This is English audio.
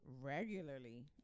regularly